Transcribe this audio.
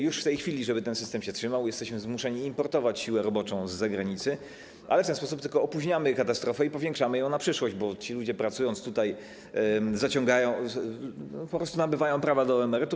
Już w tej chwili, żeby ten system się trzymał, jesteśmy zmuszeni importować siłę roboczą z zagranicy, ale w ten sposób tylko opóźniamy katastrofę i powiększamy ją na przyszłość, bo ci ludzie, pracując tutaj, po prostu nabywają prawa do emerytur.